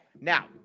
now